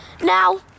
Now